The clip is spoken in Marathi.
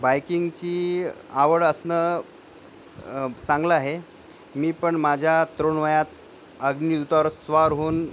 बायकिंगची आवड असणं चांगलं आहे मी पण माझ्या तरुण वयात अग्निदुतावर स्वार होऊन